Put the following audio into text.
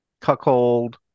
cuckold